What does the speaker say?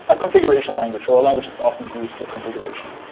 ah configuration language or a language that's often used for configuration.